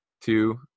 Two